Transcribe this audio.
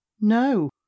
No